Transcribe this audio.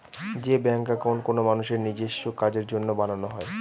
যে bank account কোনো মানুষের নিজেস্ব কাজের জন্য বানানো হয়